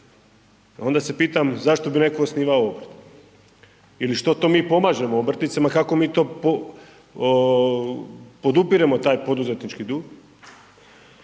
onda se pitam zašto bi netko osnivao ili što to mi pomažemo obrtnicima, kako bi to podupiremo taj poduzetnički duh,